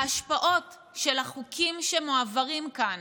ההשפעות של החוקים שמועברים כאן,